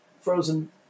frozen